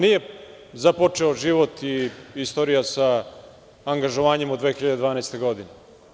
Nije započeo život i istorija sa angažovanjem od 2012. godine.